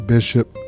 Bishop